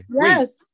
yes